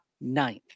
ninth